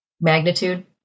magnitude